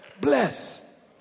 Bless